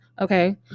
Okay